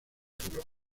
futuro